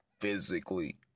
physically